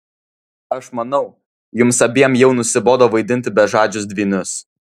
aš manau jums abiem jau nusibodo vaidinti bežadžius dvynius